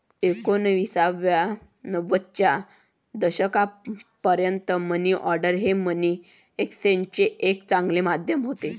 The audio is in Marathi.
एकोणीसशे नव्वदच्या दशकापर्यंत मनी ऑर्डर हे मनी एक्सचेंजचे एक चांगले माध्यम होते